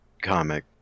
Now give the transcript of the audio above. comic